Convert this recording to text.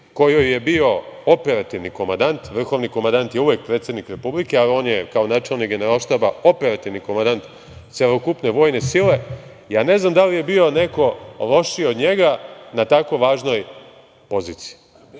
kojoj je bio operativni komandant, vrhovni komandant je uvek predsednik Republike, ali on je kao načelnik Generalštaba, operativni komandant celokupne vojne sile, ja ne znam da li je bio neko lošiji od njega na tako važnoj poziciji. Isti